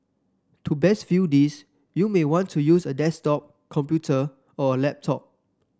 to best view this you may want to use a desktop computer or a laptop